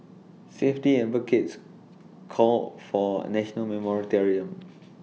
safety advocates called for A national moratorium on